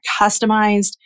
customized